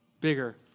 bigger